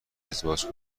ازدواج